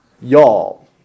y'all